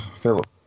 Philip